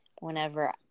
whenever